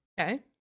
Okay